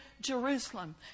Jerusalem